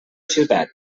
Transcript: ciutat